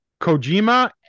kojima